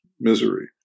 misery